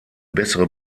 bessere